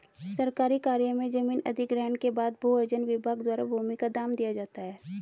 सरकारी कार्य में जमीन अधिग्रहण के बाद भू अर्जन विभाग द्वारा भूमि का दाम दिया जाता है